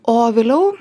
o vėliau